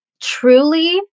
Truly